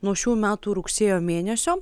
nuo šių metų rugsėjo mėnesio